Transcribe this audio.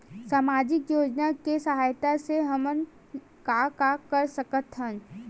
सामजिक योजना के सहायता से हमन का का कर सकत हन?